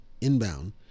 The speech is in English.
inbound